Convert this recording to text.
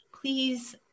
please